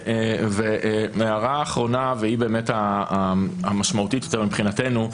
הערה אחרונה והיא המשמעותית יותר מבחינתנו.